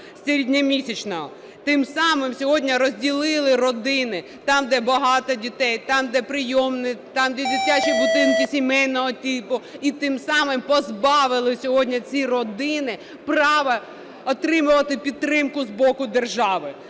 середньомісячного. Тим самим сьогодні розділили родини: там, де багато дітей; там, де прийомні; там, де дитячі будинки сімейного типу. І тим самим позбавили сьогодні ці родини права отримувати підтримку з боку держави.